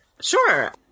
Sure